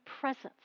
presence